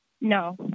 No